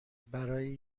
برای